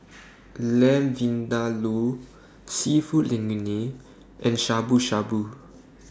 Lamb Vindaloo Seafood Linguine and Shabu Shabu